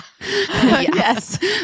Yes